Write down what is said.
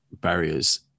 barriers